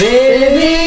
Baby